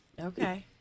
okay